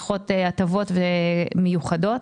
העמדה הרשמית שלנו היא שאנחנו לא צריכות הטבות מיוחדות,